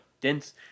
dense